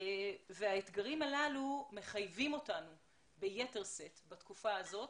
האתגרים הללו מחייבים אותנו ביתר שאת בתקופה הזאת